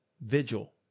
vigil